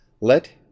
let